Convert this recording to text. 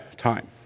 time